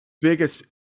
biggest